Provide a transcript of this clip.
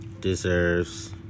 deserves